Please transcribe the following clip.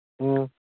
ꯎꯝ